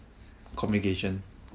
communication